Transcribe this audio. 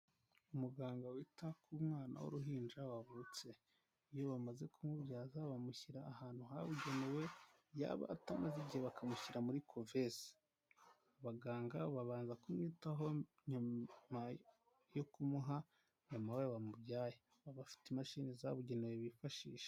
Umuganga wita ku mwana w'uruhinja wavutse iyo bamaze kumubyaza bamushyira ahantu habugenewe yaba atamaze igihe bakamushyira muri corovensi. Abaganga babanza kumwitaho nyuma yo kumuha mama we wamubyaye baba bafite imashini zabugenewe bifashisha.